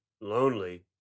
lonely